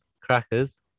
Crackers